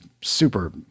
super